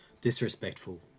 disrespectful